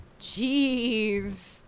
Jeez